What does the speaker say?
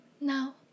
Now